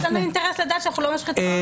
יש לנו אינטרס לדעת שאנחנו --- מכובדיי.